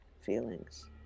feelings